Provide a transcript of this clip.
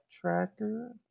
Tracker